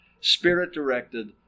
spirit-directed